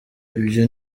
ibyo